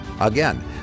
Again